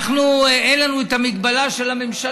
ואנחנו, אין לנו את ההגבלה של הממשלה.